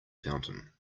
fountain